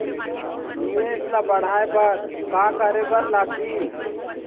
निवेश ला बड़हाए बर का करे बर लगही?